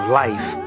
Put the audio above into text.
life